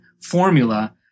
formula